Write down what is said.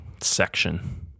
section